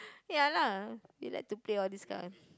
ya lah you like to play all these kind of